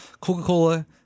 Coca-Cola